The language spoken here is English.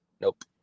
Nope